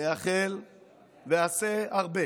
מייחל ואעשה הרבה